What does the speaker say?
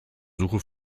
suche